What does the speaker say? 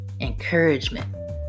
encouragement